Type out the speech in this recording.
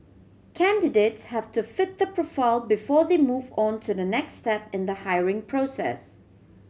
candidates have to fit the profile before they move on to the next step in the hiring process